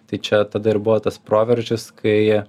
tai čia tada ir buvo tas proveržis kai